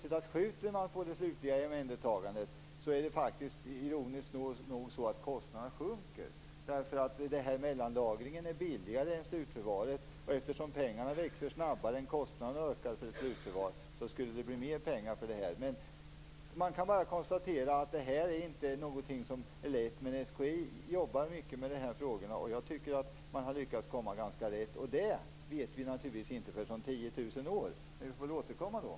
Om man skjuter på det slutliga omhändertagandet sjunker faktiskt kostnaden, ironiskt nog. Den här mellanlagringen är nämligen billigare än slutförvaret. Och eftersom pengarna växer snabbare än kostnaderna ökar för ett slutförvar skulle det blir mer pengar. Man kan bara konstatera att detta inte är någonting som är lätt. Men SKI jobbar mycket med dessa frågor. Jag tycker att man har lyckats komma ganska rätt. Men det vet vi naturligtvis inte förrän om 10 000 år, men vi får väl återkomma då.